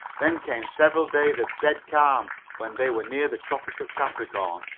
then came several days of dead calm, when they were near the tropic of capricorn,